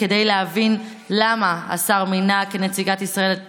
להבין למה השר מינה לנציגת ישראל את פרופ'